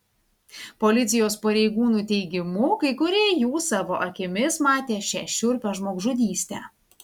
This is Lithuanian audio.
policijos pareigūnų teigimu kai kurie jų savo akimis matė šią šiurpią žmogžudystę